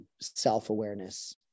self-awareness